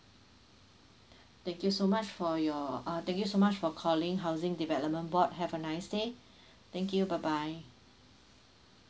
thank you so much for your uh thank you so much for calling housing development board have a nice day thank you bye bye